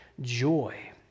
joy